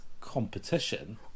competition